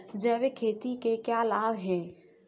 जैविक खेती के क्या लाभ हैं?